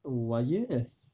err why yes